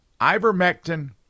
Ivermectin